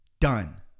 done